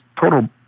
total